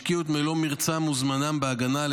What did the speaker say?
שהשקיעו את מלוא מרצם וזמנם בהגנה על